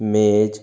ਮੇਜ